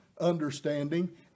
understanding